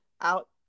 out